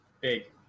Big